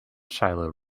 shiloh